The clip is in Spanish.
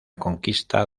conquista